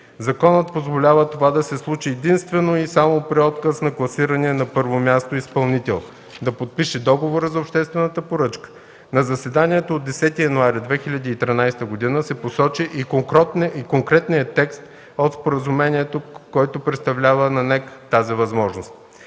Законът позволява това да се случи единствено и само при отказ на класирания на първо място изпълнител да подпише договора за обществена поръчка. На заседанието от 10 януари 2013 г. се посочи и конкретният текст от споразумението, който предоставя на НЕК тази възможност.